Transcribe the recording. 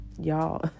Y'all